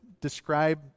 describe